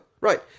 Right